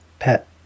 pet